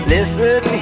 Listen